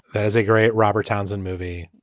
as a great robert townsend movie.